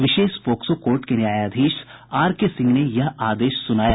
विशेष POCSO court के न्यायाधीश R K Singh ने यह आदेश सुनाया